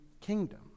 kingdom